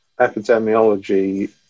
epidemiology